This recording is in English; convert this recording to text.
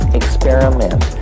experiment